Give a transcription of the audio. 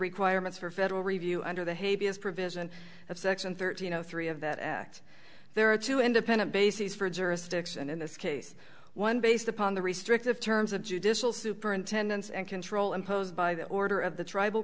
requirements for federal review under the hay b s provision of section thirteen zero three of that act there are two independent bases for jurisdiction in this case one based upon the restrictive terms of judicial superintendents and control imposed by the order of the tribal